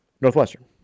Northwestern